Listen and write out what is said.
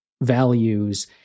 values